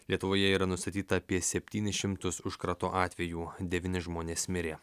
lietuvoje yra nustatyta apie septynis šimtus užkrato atvejų devyni žmonės mirė